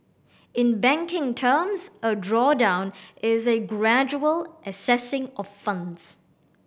in banking terms a drawdown is a gradual accessing of funds